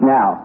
Now